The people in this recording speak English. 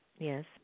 Yes